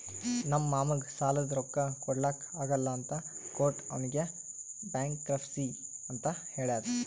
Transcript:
ನಮ್ ಮಾಮಾಗ್ ಸಾಲಾದ್ ರೊಕ್ಕಾ ಕೊಡ್ಲಾಕ್ ಆಗಲ್ಲ ಅಂತ ಕೋರ್ಟ್ ಅವ್ನಿಗ್ ಬ್ಯಾಂಕ್ರಪ್ಸಿ ಅಂತ್ ಹೇಳ್ಯಾದ್